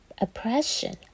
oppression